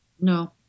no